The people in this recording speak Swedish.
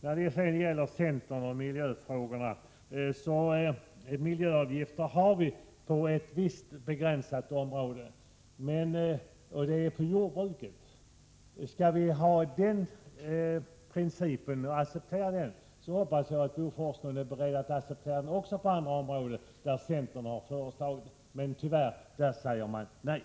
När det sedan gäller centern och miljöfrågorna: Miljöavgifter har vi på ett visst, begränsat område, och det är jordbruket. Skall vi acceptera den principen, hoppas jag att Bo Forslund är beredd att acceptera den också på andra områden där centern har föreslagit avgiftsbeläggning. Men tyvärr, där säger man nej.